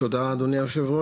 תודה אדוני היו"ר,